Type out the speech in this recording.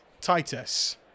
Titus